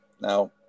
Now